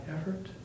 effort